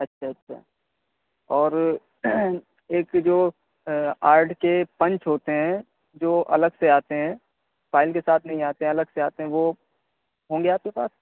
اچھا اچھا اور ایک جو آرڈ کے پنچ ہوتے ہیں جو الگ سے آتے ہیں فائل کے ساتھ نہیں آتے ہیں الگ سے آتے ہیں وہ ہوں گے آپ کے پاس